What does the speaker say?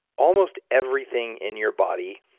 almost everything in your body,